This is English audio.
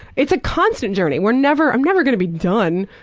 it's a constant journey. we're never i'm never gonna be done,